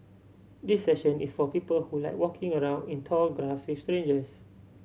this session is for people who like walking around in tall grass with strangers